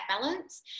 balance